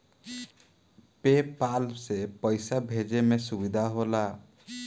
पे पाल से पइसा भेजे में सुविधा होला